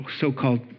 so-called